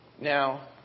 Now